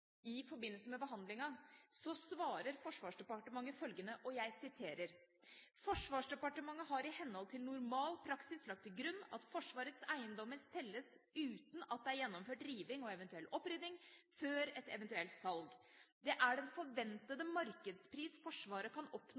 i forbindelse med behandlingen, svarte Forsvarsdepartementet følgende, og jeg siterer: «Forsvarsdepartementet har i henhold til normal praksis lagt til grunn at Forsvarets eiendommer selges uten at det er gjennomført rivning og eventuell opprydding før et eventuelt salg. Det er den forventede markedspris Forsvaret kan oppnå